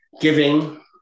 giving